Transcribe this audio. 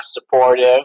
supportive